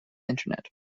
internet